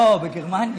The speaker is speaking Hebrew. לא, בגרמניה.